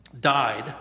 died